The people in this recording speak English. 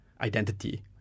identity